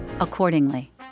accordingly